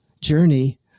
journey